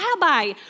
Rabbi